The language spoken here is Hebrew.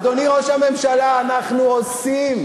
אדוני ראש הממשלה, אנחנו עושים.